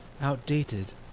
outdated